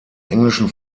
englischen